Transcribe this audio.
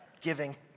giving